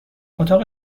اتاق